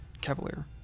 Cavalier